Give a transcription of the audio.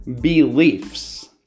beliefs